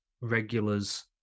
regulars